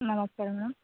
ನಮಸ್ಕಾರ ಮೇಡಮ್